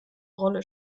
rolle